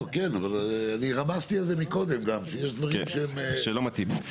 כן רוצה שרשות מקומית שבאה וקיבלה את הכוח הזה מאיתנו תבוא ותדע שהיא